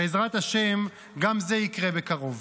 בעזרת השם גם זה יקרה בקרוב.